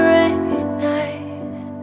recognize